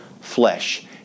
flesh